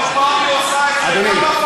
כל פעם שהיא עושה את זה,